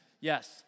yes